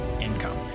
Income